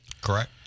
Correct